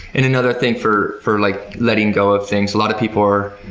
and another thing for for like letting go of things, a lot of people are